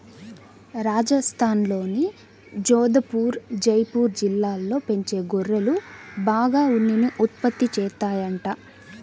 రాజస్థాన్లోని జోధపుర్, జైపూర్ జిల్లాల్లో పెంచే గొర్రెలు బాగా ఉన్నిని ఉత్పత్తి చేత్తాయంట